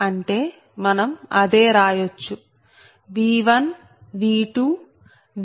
అంటే మనం అదే రాయొచ్చు V1 V2